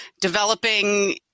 developing